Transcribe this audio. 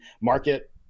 Market